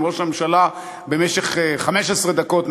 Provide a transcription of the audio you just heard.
אם ראש הממשלה במשך 15 דקות,